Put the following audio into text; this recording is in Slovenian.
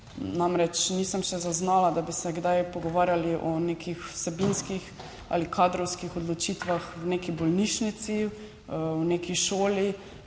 Namreč, nisem še zaznala, da bi se kdaj pogovarjali o nekih vsebinskih ali kadrovskih odločitvah v neki bolnišnici, v neki šoli,